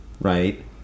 right